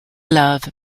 love